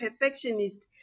perfectionist